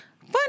fun